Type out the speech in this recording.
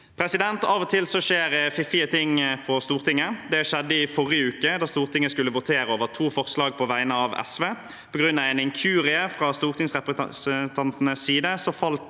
Av og til skjer fiffige ting på Stortinget. Det skjedde i forrige uke, da Stortinget skulle votere over to forslag på vegne av SV. På grunn av en inkurie fra stortingsrepresentantenes side falt